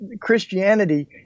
Christianity